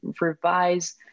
revise